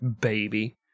baby